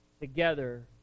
together